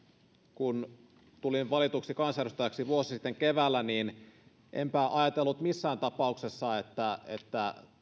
kun tulin valituksi kansanedustajaksi vuosi sitten keväällä niin enpä ajatellut missään tapauksessa että että